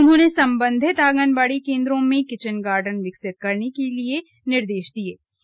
उन्होंने संबंधित आंगनबाड़ी केंद्रो में किचन गार्डन विकसित करने के लिए करने के निर्देश दिए है